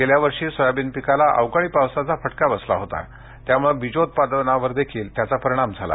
गेल्या वर्षी सोयाबीन पिकाला अवकाळी पावसाचा फटका बसला होता त्यामुळे बीजोत्पादनावर देखील त्याचा परिणाम झाला